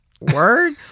word